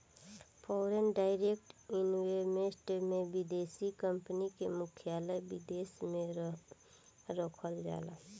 foreign direct investment में विदेशी company के मुख्यालय विदेश में रखल जाला